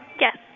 Yes